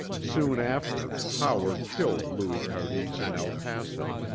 soon after, howard killed louis cardis in el paso.